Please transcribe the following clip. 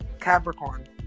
Capricorn